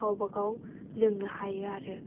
गावबागाव लोंनो हायो आरो